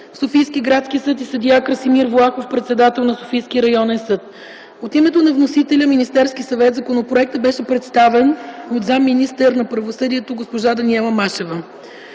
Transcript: Софийския градски съд, и съдия Красимир Влахов - председател на Софийския районен съд. От името на вносителя - Министерски съвет, законопроектът беше представен от заместник-министъра на правосъдието госпожа Даниела Машева.